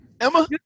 emma